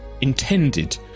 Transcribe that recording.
intended